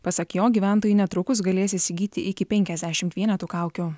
pasak jo gyventojai netrukus galės įsigyti iki penkiasdešimt vienetų kaukių